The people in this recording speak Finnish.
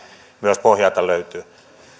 myös pohjalta löytyy